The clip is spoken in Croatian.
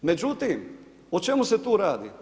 Međutim, o čemu se tu radi?